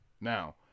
Now